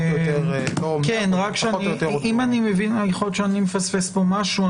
יכול להיות שאני מפספס פה משהו.